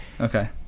Okay